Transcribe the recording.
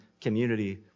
community